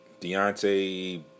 Deontay